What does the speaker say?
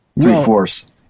three-fourths